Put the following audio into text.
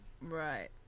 right